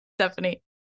Stephanie